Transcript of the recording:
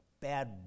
bad